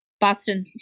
Boston